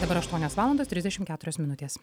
dabar aštuonios valandos trisdešim keturios minutės